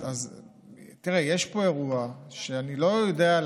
אז תראה: יש פה אירוע שאני לא יודע,